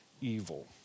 evil